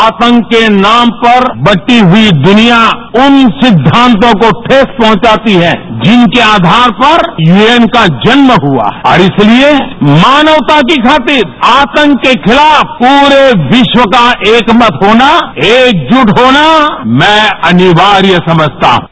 आतंक के नाम पर बटी हुई दुनिया उन सिद्वांतों को ठेस पहुंचती है जिनके आधार पर यूएन का जन्म हुआ है और इसलिए मानवता के खातिर आतंक के खिलाफ प्रे विश्व का एक मत होना एक जूट होना मैं अनिवार्य समझता हूं